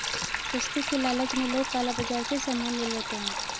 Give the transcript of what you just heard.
सस्ते के लालच में लोग काला बाजार से सामान ले लेते हैं